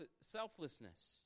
selflessness